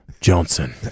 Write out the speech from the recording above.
Johnson